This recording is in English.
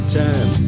time